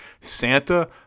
Santa